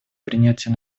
принятия